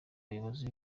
buyobozi